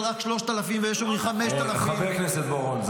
רק 3,000 ויש 5,000. חבר הכנסת בוארון,